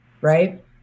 right